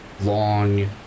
long